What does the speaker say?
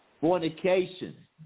fornication